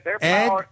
Ed